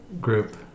group